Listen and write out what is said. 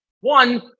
One